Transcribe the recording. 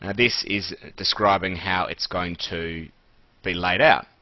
and this is describing how it's going to be laid out.